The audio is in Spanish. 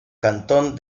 cantón